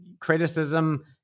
criticism